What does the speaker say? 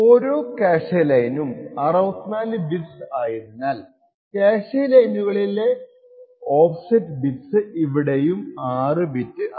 ഓരോ ക്യാഷെ ലൈനും 64 ബിറ്റ്സ് ആയതിനാൽ ക്യാഷെ ലൈനുകളിലെ ഓഫ്സെറ്റ് ബിറ്റ്സ് ഇവിടെയും 6 ബിറ്റ് ആണ്